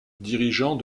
dirigeant